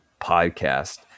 podcast